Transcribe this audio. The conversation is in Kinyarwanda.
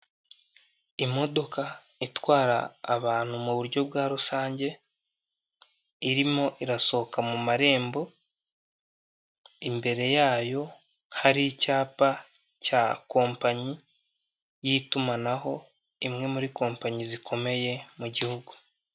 Imodoka itwara abantu mu biryo bwa rusange irimo irasohoka mu marembo imbere yayo hari icyapa cya kompanyi y'itumanaho imwe muri kompanyi zikomeye mu gihugu.